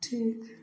ठीक है